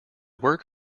work